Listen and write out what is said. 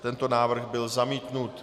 Tento návrh byl zamítnut.